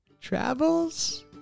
travels